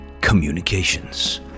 communications